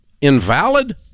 invalid